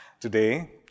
today